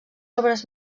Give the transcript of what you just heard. obres